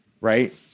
Right